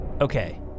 Okay